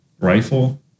Rifle